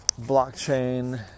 blockchain